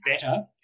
better